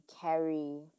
carry